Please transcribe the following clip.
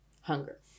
hunger